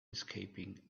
escaping